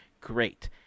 Great